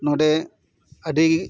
ᱱᱚᱰᱮ ᱟᱹᱰᱤ